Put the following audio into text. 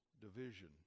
division